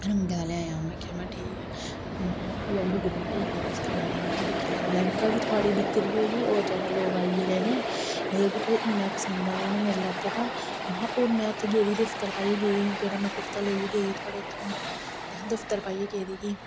रंगे दा लेई आया में आखेआ में ठीक ऐ में दूए दिन हफ्ही गेई उस दकाने उप्पर में दिक्खी लैओ लैंहगा बी थुआढ़ी बिक्री होई और ज्यादा लोग आई गे लैने गी मतलब कि तुसेंगी इन्ना पसंद आया मेरे लैता दा में आखेआ में उत्थै गेदी दफ्तर पाइयै गेदी ही केह्ड़ा में कुर्ता लेइयै गेदी थुआढ़े इत्थुआं अज्ज दफ्तर पाइयै गेदी ही